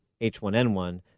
H1N1